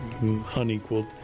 unequaled